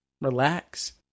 relax